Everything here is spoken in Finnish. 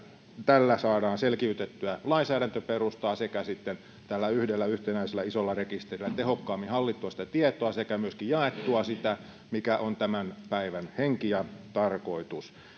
tällä saadaan selkiytettyä lainsäädäntöperustaa sekä sitten tällä yhdellä yhtenäisellä isolla rekisterillä tehokkaammin hallittua sitä tietoa sekä myöskin jaettua sitä mikä on tämän päivän henki ja tarkoitus